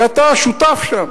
ואתה שותף שם.